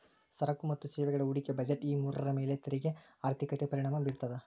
ಸರಕು ಮತ್ತ ಸೇವೆಗಳ ಹೂಡಿಕೆ ಬಜೆಟ್ ಈ ಮೂರರ ಮ್ಯಾಲೆ ತೆರಿಗೆ ಆರ್ಥಿಕತೆ ಪರಿಣಾಮ ಬೇರ್ತದ